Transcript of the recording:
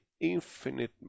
infinite